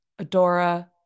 Adora